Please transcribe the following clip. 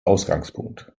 ausgangpunkt